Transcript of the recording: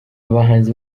abahanzi